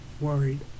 worried